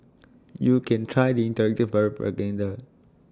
you can try the interactive propaganda